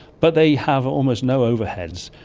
but they have almost no overheads,